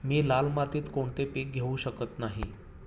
मी लाल मातीत कोणते पीक घेवू शकत नाही?